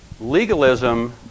Legalism